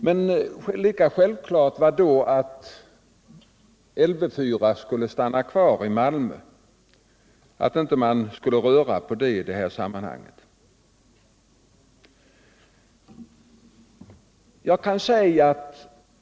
Men lika självklart var då att Lv 4 skulle stanna kvar i Malmö, att man inte skulle röra på det i detta sammanhang.